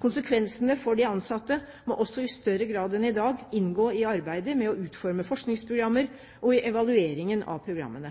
Konsekvensene for de ansatte må også i større grad enn i dag inngå i arbeidet med å utforme forskningsprogrammer og i evalueringen av programmene.